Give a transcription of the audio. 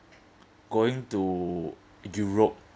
going to europe